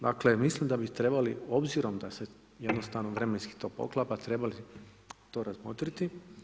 Dakle, mislim da bi trebali obzirom da se jednostavno vremenski to poklapa trebali to razmotriti.